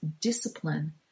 discipline